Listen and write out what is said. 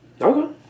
Okay